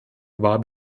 war